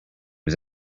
was